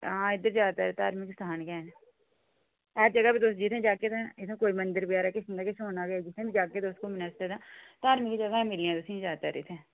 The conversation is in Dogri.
आं इद्धर ज्यादातर धार्मिक स्थान गै हैन हर जगह बी तुस जित्थै जाह्गे तुसें इत्थै कोई मंदिर बगैरा किश न किश होना गै ऐ जित्थै बी जाह्गे तुस घुम्मने आस्तै तां धार्मिक जगह ही मिलनियां तुसेंगी ज्यादातर इत्थे